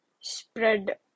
spread